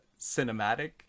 cinematic